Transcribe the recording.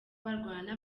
barwana